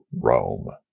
Rome